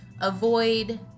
avoid